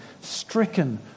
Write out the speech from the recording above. stricken